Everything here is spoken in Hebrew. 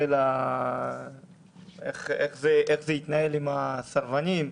איך זה יתנהל עם הסרבנים?